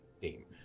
theme